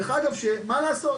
דרך אגב, מה לעשות?